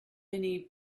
many